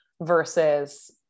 versus